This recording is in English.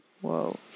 Whoa